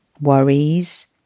worries